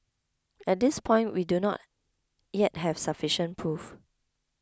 at this point we do not yet have sufficient proof